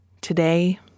Today